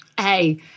Hey